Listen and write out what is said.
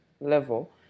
level